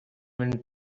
went